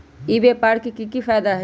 ई व्यापार के की की फायदा है?